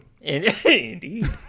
Indeed